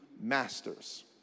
masters